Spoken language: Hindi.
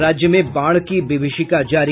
और राज्य में बाढ़ की विभिषिका जारी